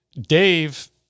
Dave